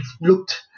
looked